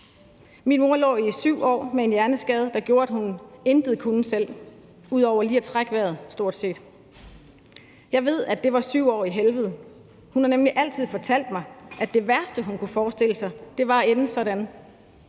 Min mor lå i 7 år med en hjerneskade, der gjorde, at hun stort set intet kunne selv ud over lige at trække vejret. Jeg ved, at det var 7 år i helvede. Hun har nemlig altid fortalt mig, at det værste, hun kunne forestille sig, var at ende sådan.